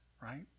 right